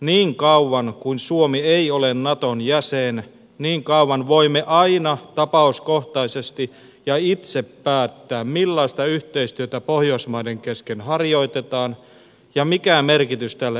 niin kauan kuin suomi ei ole naton jäsen niin kauan voimme aina tapauskohtaisesti ja itse päättää millaista yhteistyötä pohjoismaiden kesken harjoitetaan ja mikä merkitys tälle yhteistyölle annetaan